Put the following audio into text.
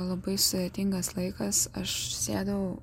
labai sudėtingas laikas aš sėdau